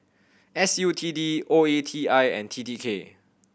S U T D O E T I and T T K